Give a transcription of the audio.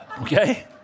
Okay